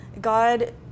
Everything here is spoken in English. God